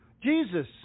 Jesus